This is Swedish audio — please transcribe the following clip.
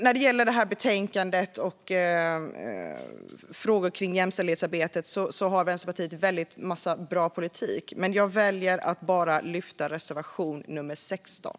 När det gäller betänkandet och frågor kring jämställdhetsarbetet har Vänsterpartiet en väldig massa bra politik. Men jag väljer att yrka bifall bara till reservation nummer 16.